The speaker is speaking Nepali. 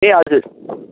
ए हजुर